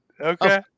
Okay